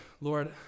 Lord